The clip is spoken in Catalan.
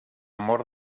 mort